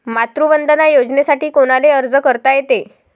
मातृवंदना योजनेसाठी कोनाले अर्ज करता येते?